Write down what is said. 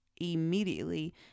immediately